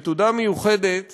ותודה מיוחדת